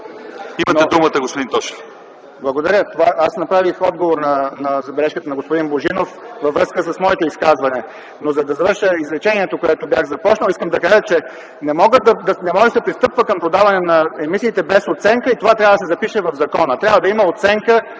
икономиката и подмяна на технологиите. Това беше отговор на забележката на господин Божинов във връзка с моето изказване. Но, за да завърша изречението, което бях започнал, искам да кажа, че не може да се пристъпва към продаване на емисиите без оценка и това трябва да се запише в закона. Трябва да има оценка